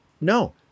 no